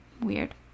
weird